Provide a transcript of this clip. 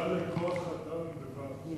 יש תת-ועדה לכוח-אדם בוועדת חוץ וביטחון,